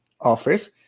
office